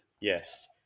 Yes